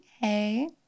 hey